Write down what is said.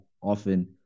often